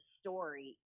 story